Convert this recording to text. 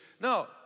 No